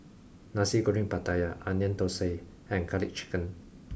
nasi goreng pattaya onion thosai and garlic chicken